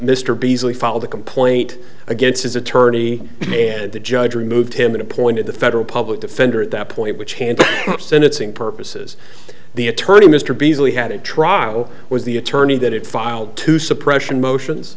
mr beasley filed a complaint against his attorney and the judge removed him and appointed the federal public defender at that point which handles sentencing purposes the attorney mr beasley had a trial was the attorney that it filed two suppression motions